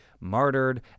martyred